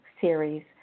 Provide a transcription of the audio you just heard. series